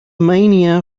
mania